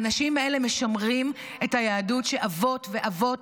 האנשים האלה משמרים את היהדות שאבות ואבות